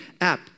app